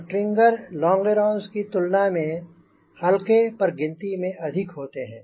stringer लोंगेरोंस की तुलना में हलके पर गिनती में अधिक होते हैं